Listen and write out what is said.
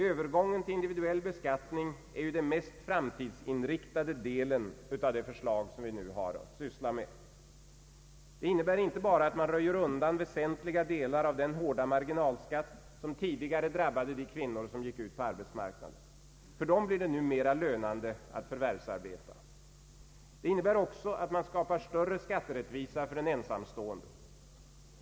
Övergången till individuell beskattning är kanske den mest framtidsinriktade delen i det förslag som vi nu har att syssla med. Det innebär inte bara att man röjer undan väsentliga delar av den hårda marginalskatt som tidigare drabbade kvinnor som gick ut på arbetsmarknaden. För dem blir det numera lönande att förvärvsarbeta. Det innebär också att man skapar större skatterättvisa för den ensamstående.